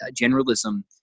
generalism